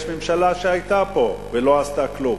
יש ממשלה שהיתה פה ולא עשתה כלום.